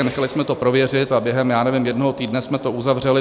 Nechali jsme to prověřit a během, já nevím, jednoho týdne jsme to uzavřeli.